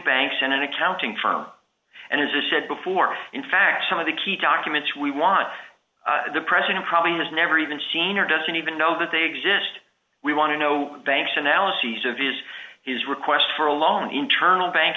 banks in an accounting firm and as a said before in fact some of the key documents we want the president probably has never even seen or doesn't even know that they exist we want to know banks analyses of his his request for a long internal bank